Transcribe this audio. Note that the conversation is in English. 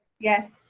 yes.